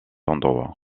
endroit